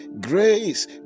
grace